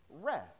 rest